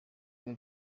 kuba